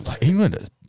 England